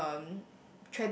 um